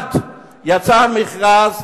שבאילת יצא מכרז,